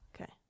okay